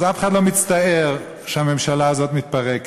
אז אף אחד לא מצטער שהממשלה הזאת מתפרקת.